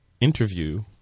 interview